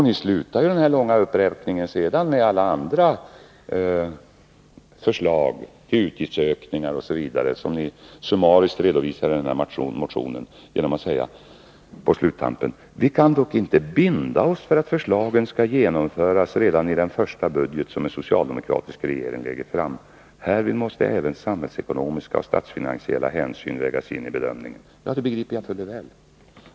Ni slutar så denna långa uppräkning med alla andra förslag till utgiftsökningar osv., som ni summariskt redovisar i motionen genom att säga på sluttampen: Vi kan dock inte binda oss för att förslagen skall genomföras redan i den första budget som en socialdemokratisk regering lägger fram. Härvid måste även samhällsekonomiska och statsfinansiella hänsyn vägas in i bedömningen. Ja, det begriper jag fuller väl.